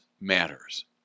matters